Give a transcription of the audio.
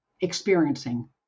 experiencing